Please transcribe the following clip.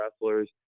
wrestlers